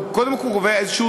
קודם כול, הוא קובע סכום.